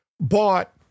bought